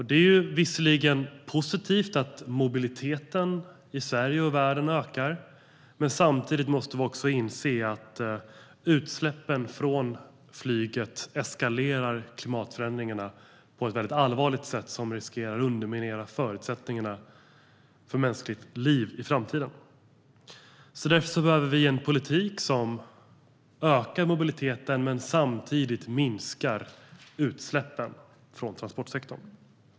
Det är visserligen positivt att mobiliteten i Sverige och världen ökar, men samtidigt måste vi också inse att utsläppen från flyget eskalerar klimatförändringarna på ett allvarligt sätt som riskerar att underminera förutsättningarna för mänskligt liv i framtiden. Därför behöver vi en politik som ökar mobiliteten men samtidigt minskar utsläppen från transportsektorn.